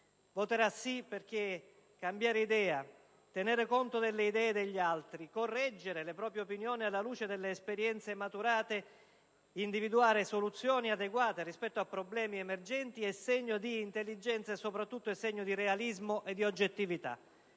Voterà sì, perché cambiare idea, tenere conto delle idee degli altri, correggere le proprie opinioni, alla luce delle esperienze maturate, individuare soluzioni adeguate rispetto a problemi emergenti sono segni di intelligenza e soprattutto di realismo ed oggettività.